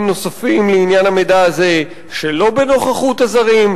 נוספים לעניין המידע הזה שלא בנוכחות הזרים,